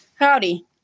Howdy